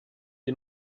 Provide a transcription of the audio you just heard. est